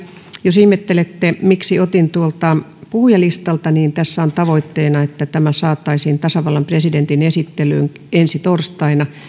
jos ihmettelette miksi otin tuolta puhujalistalta niin tässä on tavoitteena että tämä saataisiin tasavallan presidentin esittelyyn ensi torstaina